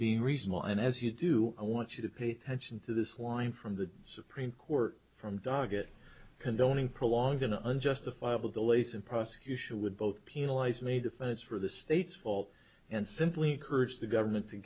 being reasonable and as you do i want you to pay attention to this line from the supreme court from doggett condoning prolonged an unjustifiable delays and prosecution would both penalize made if it's for the state's fault and simply encourage the government to